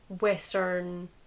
western